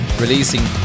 Releasing